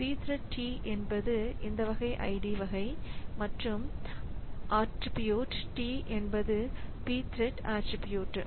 pthread t என்பது இந்த வகை id வகை மற்றும் ஆட்ரீபியூட் t என்பது pthread ஆட்ரீபியூட்